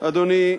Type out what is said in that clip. אדוני היושב-ראש,